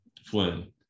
Flynn